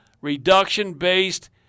reduction-based